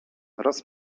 raz